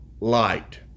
light